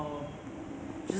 就是一半一半 lor